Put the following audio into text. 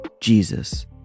jesus